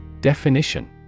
Definition